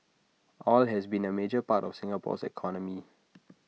oil has long been A major part of Singapore's economy